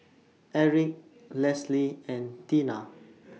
Erick Lesley and Tina